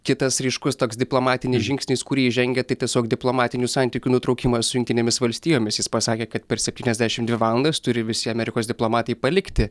kitas ryškus toks diplomatinis žingsnis kurį jis žengė tai tiesiog diplomatinių santykių nutraukimas su jungtinėmis valstijomis jis pasakė kad per septyniasdešim dvi valandas turi visi amerikos diplomatai palikti